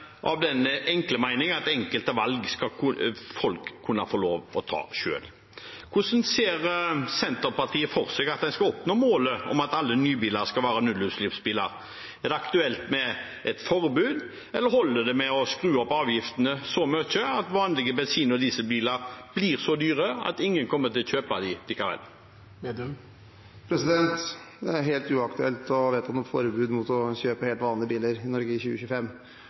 den enkle mening at enkelte valg skal folk kunne få lov til å ta selv. Hvordan ser Senterpartiet for seg at en skal oppnå målet om at alle nybiler skal være nullutslippsbiler? Er det aktuelt med et forbud, eller holder det å skru opp avgiftene så mye at vanlige bensin- og dieselbiler blir så dyre at ingen kommer til å kjøpe dem likevel? Det er helt uaktuelt å vedta noe forbud mot å kjøpe helt vanlige biler i Norge i 2025.